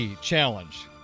Challenge